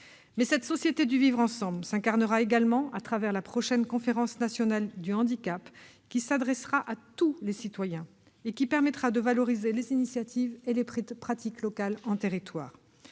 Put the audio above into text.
Cette société du vivre ensemble s'incarnera également à travers la prochaine Conférence nationale du handicap, qui s'adressera à tous les citoyens et permettra de valoriser les initiatives et les pratiques locales. C'est